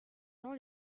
non